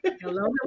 hello